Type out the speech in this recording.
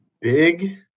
big